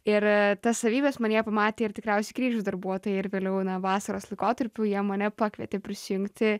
ir tas savybes manyje pamatė ir tikriausiai kryžiaus darbuotojai ir vėliau vasaros laikotarpiu jie mane pakvietė prisijungti